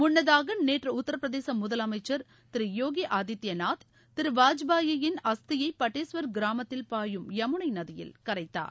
முன்னதாக நேற்று உத்தரப்பிரதேச முதலமைச்சர் திரு யோகி ஆதித்யானாத் திரு வாஜ்பாயி யின் அஸ்தியை பட்டேஸ்வர் கிராமத்தில் உள்ள யமுனை நதியில் கரைத்தார்